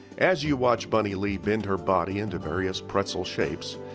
as you watch bunny lee bend her body into various pretzel shapes,